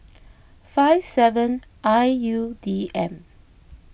five seven I U D M